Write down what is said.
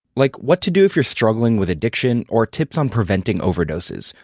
like what to do if you're struggling with addiction or tips on preventing overdoses.